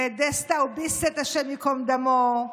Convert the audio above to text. ואת דסטאו ביסט, השם ייקום דמו,